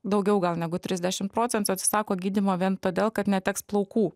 daugiau gal negu trisdešim procentų atsisako gydymo vien todėl kad neteks plaukų